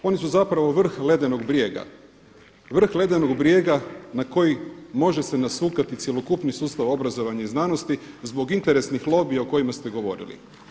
Oni su zapravo vrh ledenog brijega, vrh ledenog brijega na koji može se nasukati cjelokupni sustav obrazovanja i znanosti zbog interesnih lobija o kojima ste govorili.